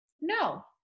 no